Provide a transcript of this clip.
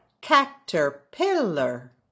Caterpillar